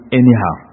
anyhow